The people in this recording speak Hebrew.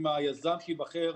אם היזם שייבחר